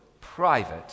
private